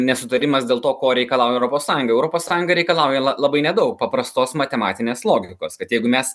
nesutarimas dėl to ko reikalauja europos sąjunga europos sąjunga reikalauja la labai nedaug paprastos matematinės logikos kad jeigu mes